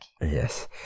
Yes